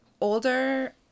older